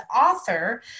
author